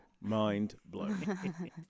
Mind-blowing